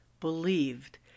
believed